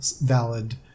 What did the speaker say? valid